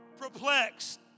perplexed